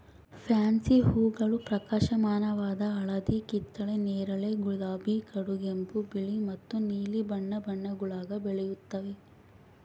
fancy ಹೂಗಳು ಪ್ರಕಾಶಮಾನವಾದ ಹಳದಿ ಕಿತ್ತಳೆ ನೇರಳೆ ಗುಲಾಬಿ ಕಡುಗೆಂಪು ಬಿಳಿ ಮತ್ತು ನೀಲಿ ಬಣ್ಣ ಬಣ್ಣಗುಳಾಗ ಬೆಳೆಯುತ್ತವೆ